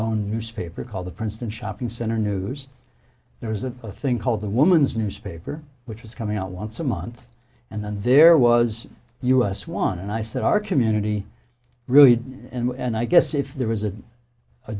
own newspaper called the princeton shopping center news there was a thing called the woman's newspaper which was coming out once a month and then there was us one and i said our community really and i guess if there was a